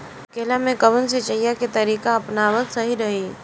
केला में कवन सिचीया के तरिका अपनावल सही रही?